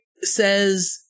says